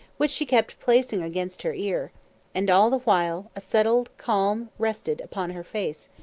which she kept placing against her ear and all the while a settled calm rested upon her face,